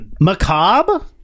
Macabre